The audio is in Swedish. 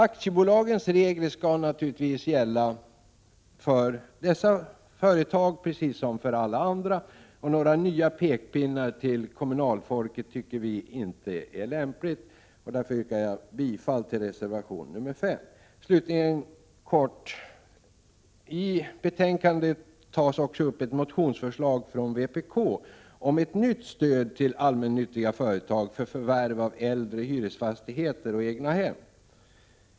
Aktiebolagens regler skall naturligtvis gälla för dessa företag precis som för alla andra aktiebolag, och några nya pekpinnar till kommunalfolket är verkligen inte lämpliga. Därför yrkar jag bifall till reservation 5. Jag vill slutligen säga att det i betänkandet behandlas ett motionsförslag från vpk om ett nytt stöd till allmännyttiga företag för förvärv av äldre hyresfastigheter och egnahem.